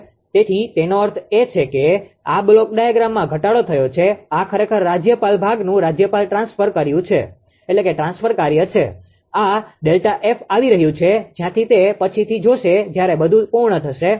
𝑔 તેથી તેનો અર્થ છે કે આ બ્લોક ડાયાગ્રામ માં ઘટાડો થયો છે આ ખરેખર રાજ્યપાલ ભાગનું રાજ્યપાલ ટ્રાન્સફર કાર્ય છે આ ΔF આવી રહ્યું છે જ્યાંથી તે પછીથી જોશે જ્યારે બધું પૂર્ણ થશે